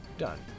Done